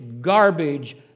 garbage